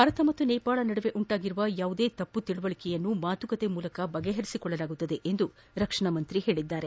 ಭಾರತ ನೇಪಾಳ ನಡುವೆ ಉಂಟಾಗಿರುವ ಯಾವುದೇ ತಪ್ಪು ತಿಳುವಳಿಕೆಯನ್ನು ಮಾತುಕತೆ ಮೂಲಕ ಪರಿಹರಿಸಿ ಕೊಳ್ಳಲಾಗುವುದು ಎಂದು ರಕ್ಷಣಾ ಸಚಿವರು ಹೇಳಿದರು